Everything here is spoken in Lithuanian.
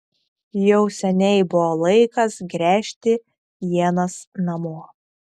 jau seniai buvo laikas gręžti ienas namo